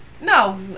No